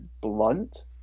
blunt